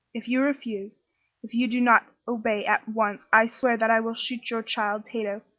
if you refuse if you do not obey at once i swear that i will shoot your child, tato,